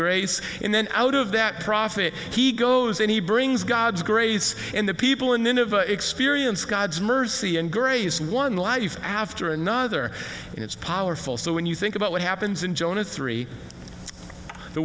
grace and then out of that profit he goes and he brings god's grace and the people and then of experience god's mercy and grace one life after another and it's powerful so when you think about what happens in jonah three the